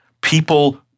People